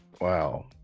wow